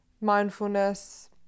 mindfulness